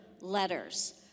letters